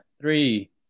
three